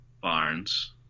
Barnes